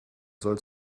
soll